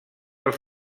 els